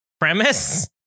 premise